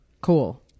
Cool